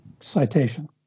citation